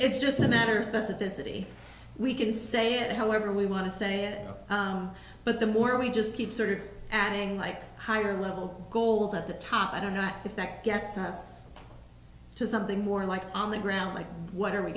it's just a matter specificity we can say it however we want to say it but the more we just keep sort of acting like higher level goals at the top i don't know if that gets us to something more like on the ground like what are we